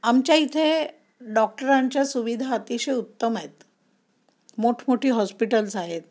आमच्या इथे डॉक्टरांच्या सुविधा अतिशय उत्तम आहेत मोठमोठी हॉस्पिटल्स आहेत